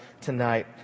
tonight